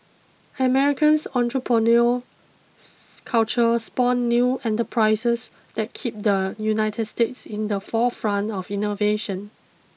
America's entrepreneurial culture spawned new enterprises that keep the United States in the forefront of innovation